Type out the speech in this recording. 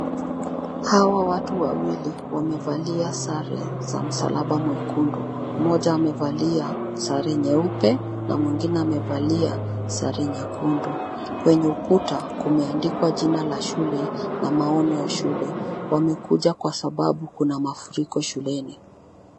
Hawa watu wawili wamevalia sare za msalaba mwekundu, mmoja amevalia sare nyeupe na mwengine amevalia sare nyekundu. Kwenye ukuta kumeandikwa jina la shule na maono ya shule. Wamekuja kwasababu kuna mafuriko shuleni.